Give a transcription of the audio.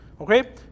Okay